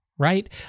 right